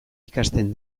ikasten